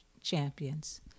champions